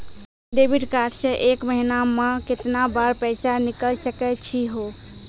Debit card से एक महीना मा केतना बार पैसा निकल सकै छि हो?